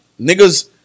Niggas